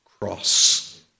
cross